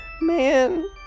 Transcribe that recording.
man